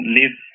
live